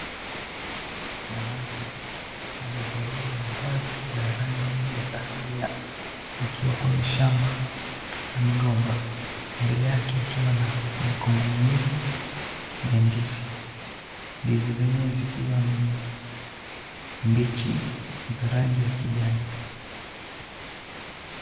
Mwanamke aliyevalia vazi la rangi ya kahawia, akiwa kwenye shamba la migomba. Mbele yake kukiwa na mikungu miwili ya ndizi. Ndizi zenyewe zikiwa ni mbichi za rangi ya kijani.